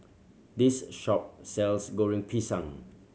this a shop sells Goreng Pisang